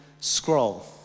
scroll